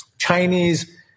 Chinese